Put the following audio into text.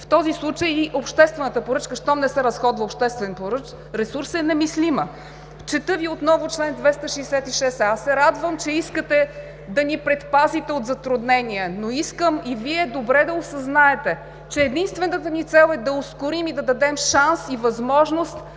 В този случай и обществената поръчка, щом не се разходва обществен ресурс, е немислима. Аз се радвам, че искате да ни предпазите от затруднения, но искам и Вие добре да осъзнаете, че единствената ни цел е да ускорим и да дадем шанс и възможност